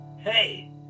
Hey